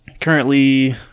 currently